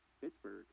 Pittsburgh